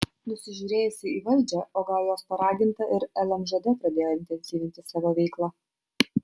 nusižiūrėjusi į valdžią o gal jos paraginta ir lmžd pradėjo intensyvinti savo veiklą